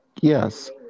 Yes